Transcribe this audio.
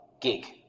gig